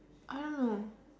I don't know